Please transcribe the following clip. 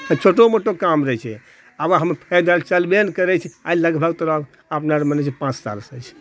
छोटो मोटो काम रहए छै आब हमे पैदल चलबै नहि करए छी आइ लगभग तोरा अन्दाज बोलए छी पाँच सालसँ